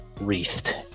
wreathed